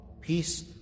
peace